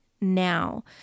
now